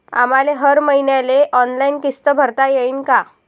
आम्हाले हर मईन्याले ऑनलाईन किस्त भरता येईन का?